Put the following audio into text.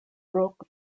broke